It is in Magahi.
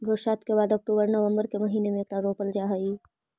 बरसात के बाद अक्टूबर नवंबर के महीने में एकरा रोपल जा हई